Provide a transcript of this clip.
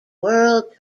world